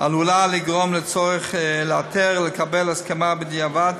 עלולה לגרום לצורך לאתר ולקבל הסכמה בדיעבד